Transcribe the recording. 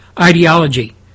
ideology